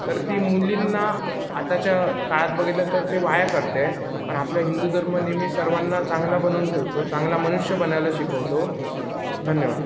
तर ती मुलींना आताच्या काळात बघितलं तर ते वाया करते पण आपला हिंदू धर्म नेहमी सर्वांना चांगला बनवून ठेवतो चांगला मनुष्य बनायला शिकवतो धन्यवाद